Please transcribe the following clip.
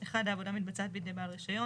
(1) העבודה מתבצע בידי בעל רשיון.